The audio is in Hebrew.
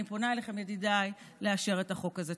אני פונה אליכם, ידידיי, לאשר את החוק הזה.